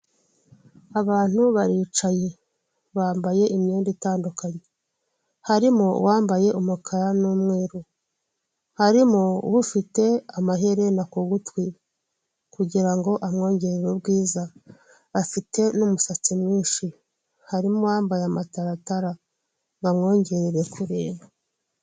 Abantu baricaye bambaye imyenda itandukanye, harimo uwambaye umukara n'umweru, harimo ufite amaherena ku gutwi kugira ngo amwongerere ubwiza, afite n'umusatsi mwinshi, harimo uwambaye amataratara ngo amwongerere kureba.